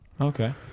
Okay